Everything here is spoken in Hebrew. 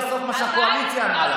והיא הצביעה בסוף מה שהקואליציה אמרה לה.